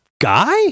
guy